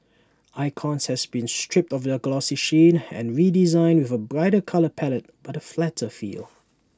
icons has been stripped of their glossy sheen and redesigned with A brighter colour palette but flatter feel